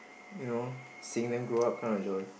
you know sing then grow up kind of joy